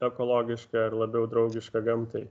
ekologiška ar labiau draugiška gamtai